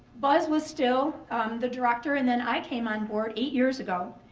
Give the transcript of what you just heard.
buzz was still the director and then i came onboard eight years ago.